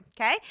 okay